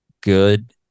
good